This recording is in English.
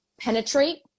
penetrate